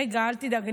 רגע, אל תדאג.